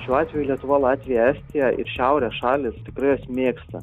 šiuo atveju lietuva latvija estija ir šiaurės šalys tikrai jas mėgsta